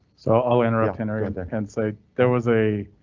so i'll interrupt entry at the end. say there was a.